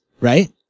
Right